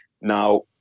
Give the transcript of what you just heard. now